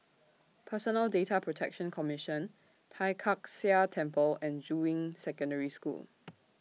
Personal Data Protection Commission Tai Kak Seah Temple and Juying Secondary School